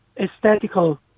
aesthetical